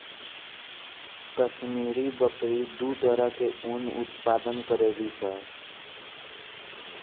काश्मीरी बकरी दू तरह के ऊन के उत्पादन करेली सन